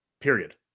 Period